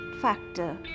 factor